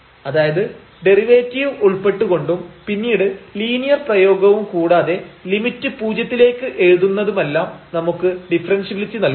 അതായത് ഡെറിവേറ്റീവ് ഉൾപ്പെട്ട് കൊണ്ടും പിന്നീട് ലീനിയർ പ്രയോഗവും കൂടാതെ ലിമിറ്റ് 0 ത്തിലേക്ക് എഴുതുന്നതുമെല്ലാം നമുക്ക് ഡിഫറെൻഷ്യബിലിറ്റി നൽകുന്നു